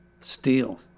Steel